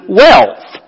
wealth